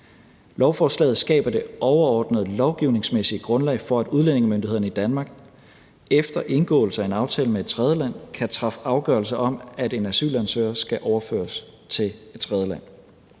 Lovforslaget skaber det overordnede lovgivningsmæssige grundlag for, at udlændingemyndighederne i Danmark efter indgåelse af en aftale med et tredjeland kan træffe afgørelse om, at en asylansøger skal overføres til et tredjeland.